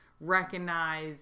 recognize